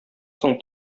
соң